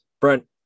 Brent